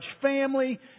family